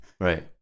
Right